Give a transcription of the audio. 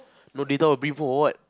no later will brief on what